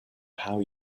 how